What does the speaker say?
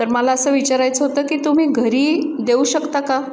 तर मला असं विचारायचं होतं की तुम्ही घरी देऊ शकता का